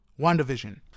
WandaVision